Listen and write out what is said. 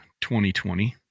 2020